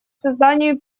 созданию